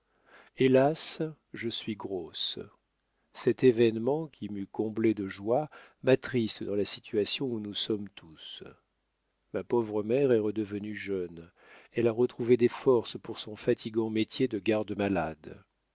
hélas je suis grosse cet événement qui m'eût comblée de joie m'attriste dans la situation où nous sommes tous ma pauvre mère est redevenue jeune elle a retrouvé des forces pour son fatigant métier de garde-malade